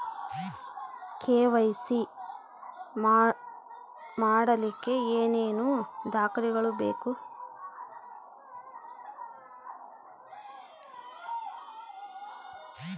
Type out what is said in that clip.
KYC ಮಾಡಲಿಕ್ಕೆ ಏನೇನು ದಾಖಲೆಬೇಕು?